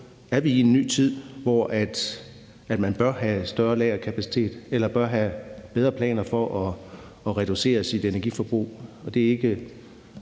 vi er i en ny tid, hvor man bør have større lagerkapacitet eller bør have bedre planer for at reducere sit energiforbrug.